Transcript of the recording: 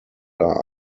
are